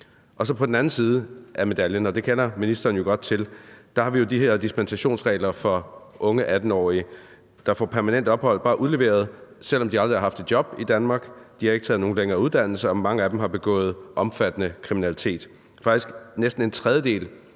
På den anden side af medaljen, og det kender ministeren jo godt til, har vi de her dispensationsregler for unge 18-årige, der bare får permanent opholdstilladelse udleveret, selv om de aldrig har haft et job i Danmark. De har ikke taget nogen længere uddannelse, og mange af dem har begået omfattende kriminalitet.